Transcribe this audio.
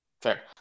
fair